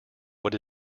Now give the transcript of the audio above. what